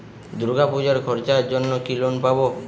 দূর্গাপুজোর খরচার জন্য কি লোন পাব?